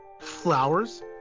Flowers